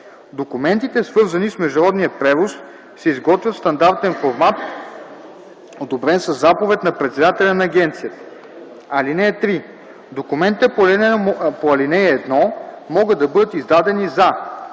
Документите, свързани с международния превоз, се изготвят в стандартен формат, одобрен със заповед на председателя на агенцията. (3) Документите по ал. 1 могат да бъдат издадени за: